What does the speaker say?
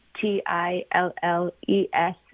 T-I-L-L-E-S